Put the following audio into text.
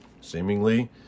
seemingly